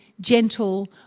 gentle